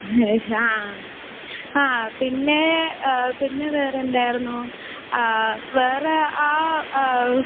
ഹാ ആ പിന്നെ പിന്നെ വേറെ എന്തായിരുന്നു അ വേറെ ആ